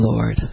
Lord